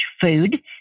food